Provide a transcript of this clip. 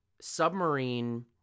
submarine